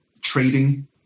trading